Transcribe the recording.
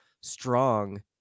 strong